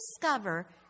discover